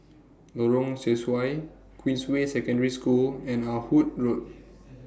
Lorong Sesuai Queensway Secondary School and Ah Hood Road